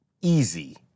easy